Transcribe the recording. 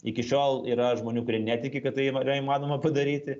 iki šiol yra žmonių kurie netiki kad tai yra įmanoma padaryti